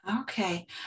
okay